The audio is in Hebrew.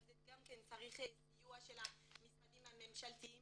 אבל זה גם מצריך סיוע של המשרדים הממשלתיים